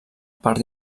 per